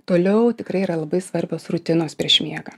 toliau tikrai yra labai svarbios rutinos prieš miegą